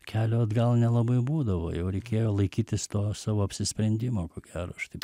kelio atgal nelabai būdavo jau reikėjo laikytis to savo apsisprendimo ko gero aš